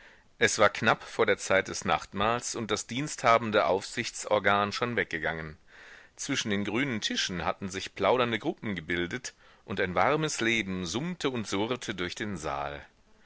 es war knapp vor der zeit des nachtmahls und das diensthabende aufsichtsorgan schon weggegangen zwischen den grünen tischen hatten sich plaudernde gruppen gebildet und ein warmes leben summte und surrte durch den saal